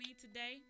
today